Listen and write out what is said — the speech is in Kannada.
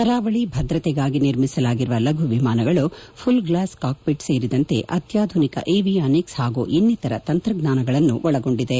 ಕರಾವಳಿ ಭದ್ರತೆಗಾಗಿ ನಿರ್ಮಿಸಲಾಗಿರುವ ಲಘು ವಿಮಾನಗಳು ಪುಲ್ ಗ್ಲಾಸ್ ಕಾಕ್ ಪಿಟ್ ಸೇರಿದಂತೆ ಅತ್ಯಾಧುನಿಕ ಏವಿಯಾನಿಕ್ಸ್ ಪಾಗೂ ಇನ್ನಿತರ ತಂತ್ರಜ್ಞಾನಗಳನ್ನು ಒಳಗೊಂಡಿದೆ